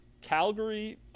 Calgary